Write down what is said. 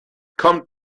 kommt